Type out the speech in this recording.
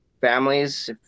families